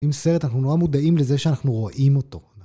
עם סרט אנחנו נורא מודעים לזה שאנחנו רואים אותו